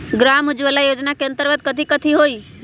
ग्राम उजाला योजना के अंतर्गत कथी कथी होई?